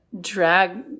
drag